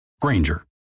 Granger